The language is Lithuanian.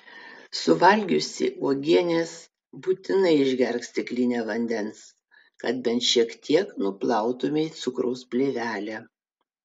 suvalgiusi uogienės būtinai išgerk stiklinę vandens kad bent šiek tiek nuplautumei cukraus plėvelę